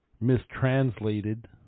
mistranslated